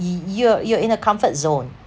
y~ you're you're in a comfort zone